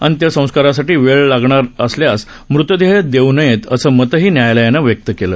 अंत्यसंस्कारासाठी वेळ लागणार असल्यास मृतदेह देऊ नयेत असं मतंही न्यायालयानं व्यक्त केलं